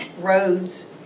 roads